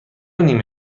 نیمه